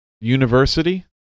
University